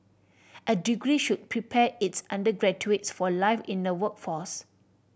a degree should prepare its undergraduates for life in the workforce